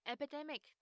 Epidemic